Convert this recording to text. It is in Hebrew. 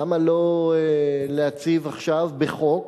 למה לא להציב עכשיו בחוק